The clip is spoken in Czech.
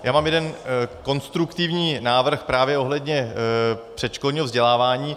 Já mám jeden konstruktivní návrh právě ohledně předškolního vzdělávání.